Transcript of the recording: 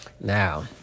Now